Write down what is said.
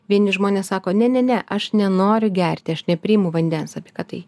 vieni žmonės sako ne ne ne aš nenoriu gerti aš nepriimu vandens apie ką tai